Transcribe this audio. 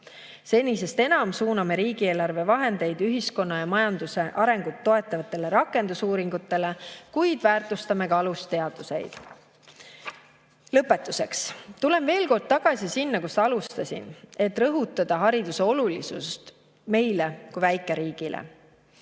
Senisest enam suuname riigieelarve vahendeid ühiskonna ja majanduse arengut toetavatele rakendusuuringutele, kuid väärtustame ka alusteadusi. Lõpetuseks. Tulen veel kord tagasi sinna, kust alustasin, et rõhutada hariduse olulisust meile kui väikeriigile.